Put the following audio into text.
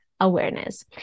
awareness